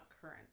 current